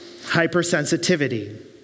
hypersensitivity